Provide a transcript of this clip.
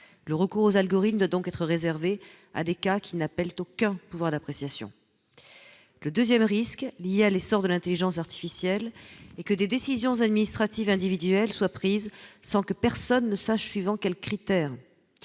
le recours aux algorithmes donc être réservé à des cas qui n'appellent aucun pouvoir d'appréciation : le 2ème risque lié à l'essor de l'Intelligence artificielle et que des décisions administratives individuelles soient prises, sans que personne ne sache suivant quels critères